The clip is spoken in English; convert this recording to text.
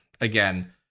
again